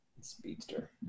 Speedster